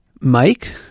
Mike